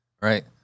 Right